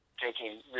taking